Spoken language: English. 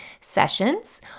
sessions